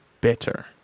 Better